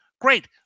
Great